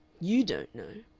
you don't know.